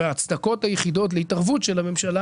וההצדקות היחידות להתערבות של הממשלה